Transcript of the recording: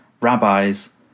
rabbis